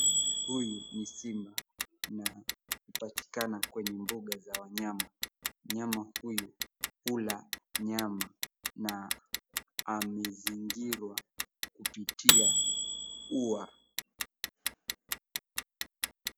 Huyu ni simba na anapatikana kwenye mbuga za wanyama. Mnyama huyu hula nyama na amezingirwa kupitia ua.